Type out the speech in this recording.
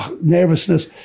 nervousness